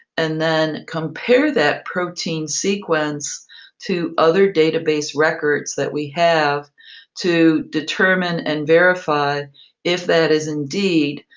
and then compare that protein sequence to other data base records that we have to determine and verify if that is, indeed,